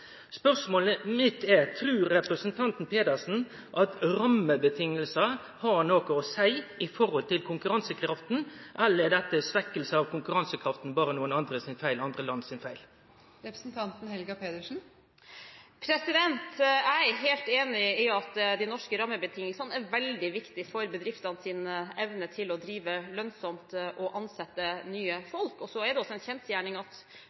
Spørsmålet mitt er: Trur representanten Pedersen at rammevilkår har noko å seie for konkurransekrafta, eller er svekking av konkurransekrafta berre nokre andre land sin feil? Jeg er helt enig i at de norske rammebetingelsene er veldig viktige for bedriftenes evne til å drive lønnsomt og ansette nye folk. Så er det også en kjensgjerning at